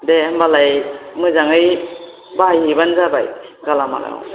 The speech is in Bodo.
दे होनबालाय मोजाङै बाहायहैबानो जाबाय गालामालाव